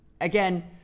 again